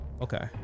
Okay